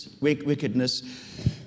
wickedness